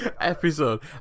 episode